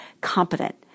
competent